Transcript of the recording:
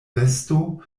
vesto